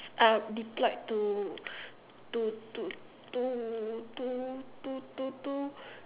uh deployed to to to to to to to to